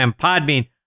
Podbean